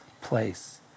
place